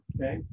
Okay